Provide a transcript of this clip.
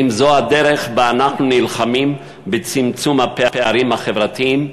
האם זו הדרך שבה אנחנו נלחמים בצמצום הפערים החברתיים?